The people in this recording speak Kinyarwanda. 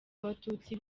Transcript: abatutsi